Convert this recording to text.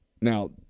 Now